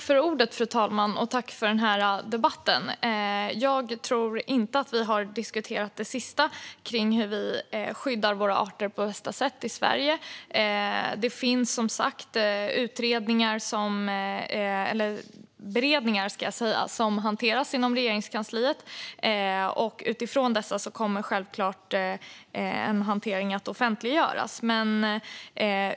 Fru talman! Jag tror inte att det är sista gången vi diskuterar hur vi på bästa sätt skyddar våra arter i Sverige. Det finns som sagt beredningar som hanteras inom Regeringskansliet, och utifrån dessa kommer självklart en hantering att offentliggöras.